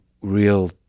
real